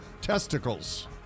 testicles